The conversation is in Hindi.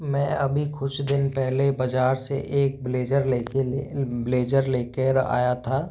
मैं अभी कुछ दिन पहले बाजार से एक ब्लेज़र लेके ब्लेज़र लेकर आया था